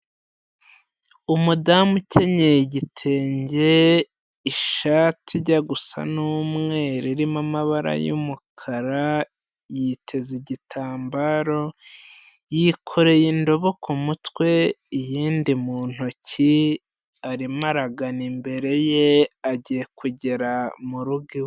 Umudamu ukenyeye igitenge ishati ijya gusa n'umweru irimo amabara y'umukara, yiteza igitambaro, yikoreye indobo ku mutwe, iyindi mu ntoki, arimo aragana imbere ye agiye kugera mu rugo iwe.